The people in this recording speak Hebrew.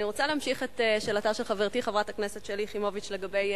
אני רוצה להמשיך את שאלתה של חברתי חברת הכנסת שלי יחימוביץ לגבי,